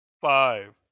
Five